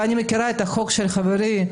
ואני מכירה את החוק של חברי,